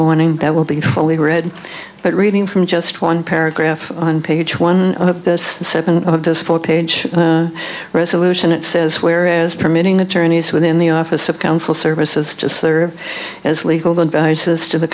morning that will be fully read but reading from just one paragraph on page one of this seven of this four page resolution it says whereas permitting attorneys within the office of counsel services just serve as legal advice as to the